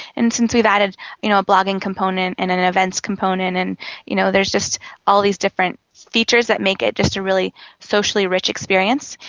and since we've added you know a blogging component and and an events component, and you know there's just all these different features that make it just a really socially rich experience.